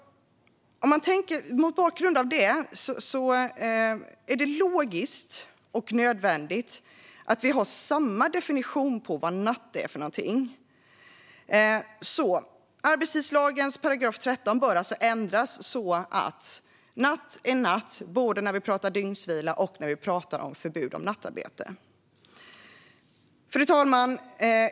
Mot bakgrund av detta är det logiskt och nödvändigt att vi har samma definition på vad "natt" är för någonting. Därför bör 13 § arbetstidslagen ändras så att natt är natt både när vi pratar om dygnsvila och när vi pratar om förbud mot nattarbete. Fru talman!